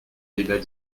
débat